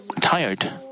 tired